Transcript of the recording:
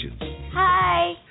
Hi